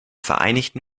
vereinigten